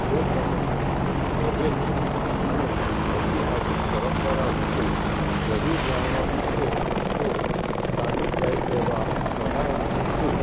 જો તમે પ્રોજેક્ટ અને ઐતિહાસિક પરંપરા વિશે વધુ જાણવા ઈચ્છો તો સ્થાનિક ગાઈડ લેવા સલાહરૂપ છે